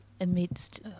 amidst